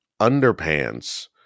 underpants